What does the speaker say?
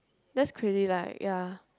that's crazy like ya